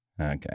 Okay